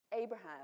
Abraham